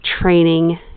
training